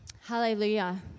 Hallelujah